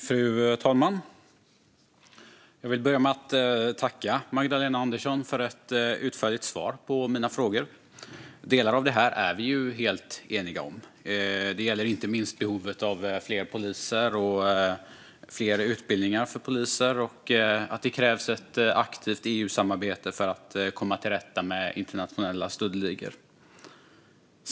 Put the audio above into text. Fru talman! Jag vill börja med att tacka Magdalena Andersson för ett utförligt svar på mina frågor. Delar av det här är vi helt eniga om. Det gäller inte minst behovet av fler poliser och fler utbildningar för poliser och att det krävs ett aktivt EU-samarbete för att komma till rätta med internationella stöldligor.